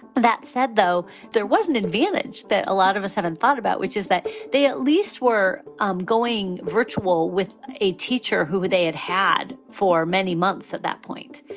that said, though, there was an advantage that a lot of us haven't thought about, which is that they at least were um going virtual with a teacher who they had had for many months at that point.